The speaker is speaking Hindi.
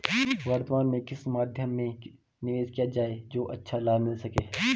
वर्तमान में किस मध्य में निवेश किया जाए जो अच्छा लाभ मिल सके?